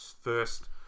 first